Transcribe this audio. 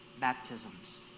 baptisms